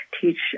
teach